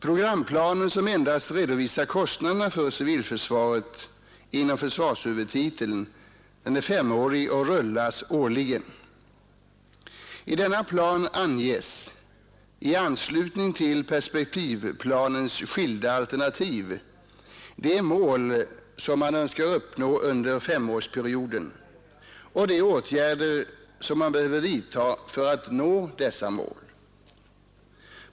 Programplanen, som endast redovisar kostnaderna för civilförsvaret inom försvarshuvudtiteln, är femårig och rullas årligen. I denna plan anges i anslutning till perspektivplanens skilda alternativ de mål som man önskar uppnå under femårsperioden och de åtgärder som man behöver vidta för att nå dessa mål.